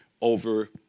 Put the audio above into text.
over